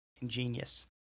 ingenious